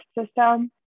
system